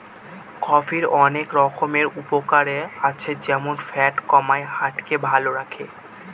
কফির অনেক রকমের উপকারে আছে যেমন ফ্যাট কমায়, হার্ট কে ভালো করে